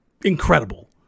incredible